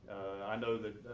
i know that,